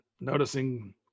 noticing